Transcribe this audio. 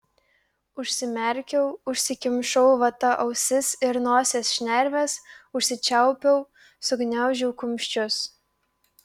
užsimerkiau užsikimšau vata ausis ir nosies šnerves užsičiaupiau sugniaužiau kumščius